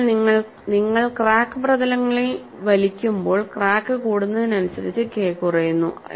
അതിനാൽ നിങ്ങൾ ക്രാക്ക് പ്രതലങ്ങളിൽ വലിക്കുമ്പോൾ ക്രാക്ക് കൂടുന്നതിനനുസരിച്ച് കെ കുറയുന്നു